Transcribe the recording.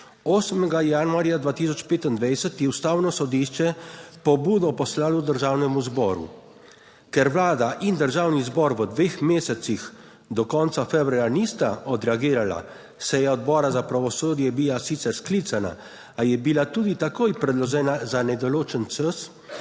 8. januarja 2025 je Ustavno sodišče pobudo poslalo Državnemu zboru, ker Vlada in Državni zbor v dveh mesecih, do konca februarja, nista odreagirala. Seja Odbora za pravosodje je bila sicer sklicana, a je bila tudi takoj predložena za nedoločen čas,